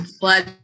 Blood